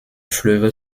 fleuve